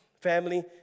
family